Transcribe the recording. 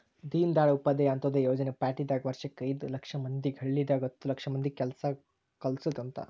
ದೀನ್ದಯಾಳ್ ಉಪಾಧ್ಯಾಯ ಅಂತ್ಯೋದಯ ಯೋಜನೆ ಪ್ಯಾಟಿದಾಗ ವರ್ಷಕ್ ಐದು ಲಕ್ಷ ಮಂದಿಗೆ ಹಳ್ಳಿದಾಗ ಹತ್ತು ಲಕ್ಷ ಮಂದಿಗ ಕೆಲ್ಸ ಕಲ್ಸೊದ್ ಅಂತ